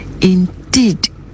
Indeed